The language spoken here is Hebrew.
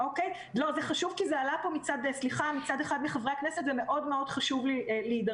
אבל לא היתה הדרה על בסיס מישהו שמתמודד עם בעיה נפשית ולא מוכר לנו.